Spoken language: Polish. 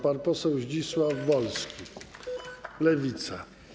Pan poseł Zdzisław Wolski, Lewica.